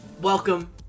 Welcome